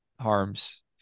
Harms